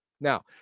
Now